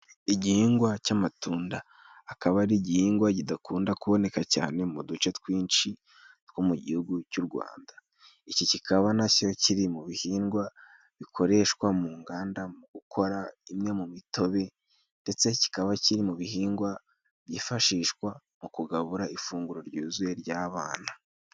Igihingwa cy'amatunda: Akaba ari igihingwa kidakunda kuboneka cyane mu uduce twinshi two mu gihugu cy'u rwanda. Iki kikaba na cyo kiri mu bihingwa bikoreshwa mu inganda mu ugukora imwe mu mitobe, ndetse kikaba kiri mu bihingwa byifashishwa mu kugabura ifunguro ryuzuye ry'abana.